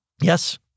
Yes